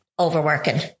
overworking